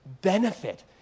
benefit